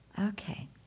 Okay